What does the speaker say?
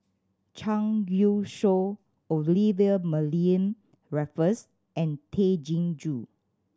Zhang Youshuo Olivia Mariamne Raffles and Tay Chin Joo